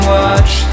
watch